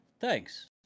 thanks